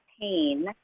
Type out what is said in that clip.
pain